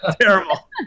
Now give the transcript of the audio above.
terrible